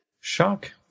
Shock